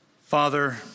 Father